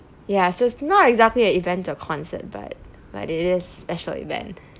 ya so it's not exactly a event or concert but but it is special event